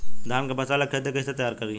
धान के फ़सल ला खेती कइसे तैयार करी?